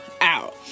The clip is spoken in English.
out